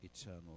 eternal